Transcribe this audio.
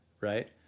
right